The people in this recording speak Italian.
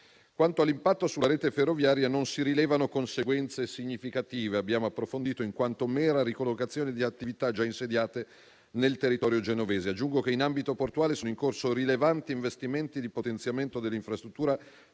Quanto all'impatto sulla rete ferroviaria, abbiamo approfondito che non si rilevano conseguenze significative, in quanto mera ricollocazione di attività già insediate nel territorio genovese. Aggiungo che in ambito portuale sono in atto rilevanti investimenti di potenziamento dell'infrastruttura ferroviaria,